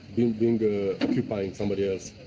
being being occupying somebody else.